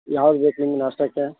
ಯಾವ್ದು ಬೇಕು ನಿಮ್ಗೆ ನಾಷ್ಟಾಕ್ಕೆ